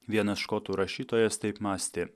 vienas škotų rašytojas taip mąstė